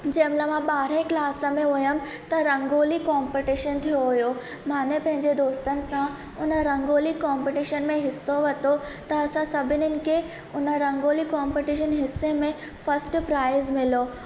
जंहिंमहिल मां ॿारहं क्लास में हुअमि त रंगोली कॉम्पिटिशन थियो हुओ माना पंहिंजे दोस्तनि सां उन रंगोली कॉम्पिटिशन में हिसो वरितो त असां सभिनीनि खे उन रंगोली कॉम्पिटिशन हिसे में फस्ट प्राइज़ मिलो